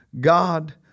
God